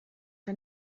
que